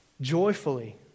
joyfully